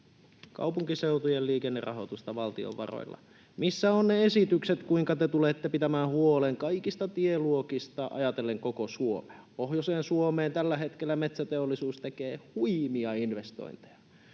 kaupunkiseutujen liikennerahoitusta valtion varoilla. Missä ovat ne esitykset, kuinka te tulette pitämään huolen kaikista tieluokista ajatellen koko Suomea? Pohjoiseen Suomeen tällä hetkellä metsäteollisuus tekee huimia investointeja,